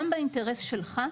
גם באינטרס שלך,